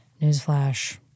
Newsflash